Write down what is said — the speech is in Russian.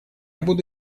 буду